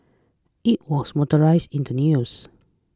it was mortalised in the news